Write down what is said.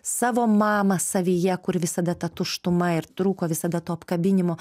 savo mamą savyje kur visada ta tuštuma ir trūko visada to apkabinimo